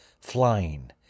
flying